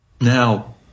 Now